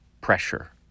pressure